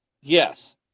Yes